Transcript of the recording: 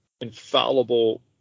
infallible